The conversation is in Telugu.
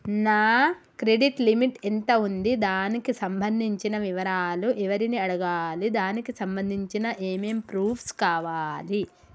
నా క్రెడిట్ లిమిట్ ఎంత ఉంది? దానికి సంబంధించిన వివరాలు ఎవరిని అడగాలి? దానికి సంబంధించిన ఏమేం ప్రూఫ్స్ కావాలి?